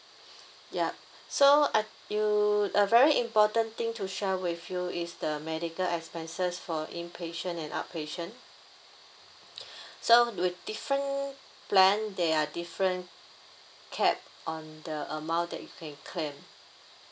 yup so I you a very important thing to share with you is the medical expenses for inpatient and outpatient so with different plan there are different cap on the amount that you can claim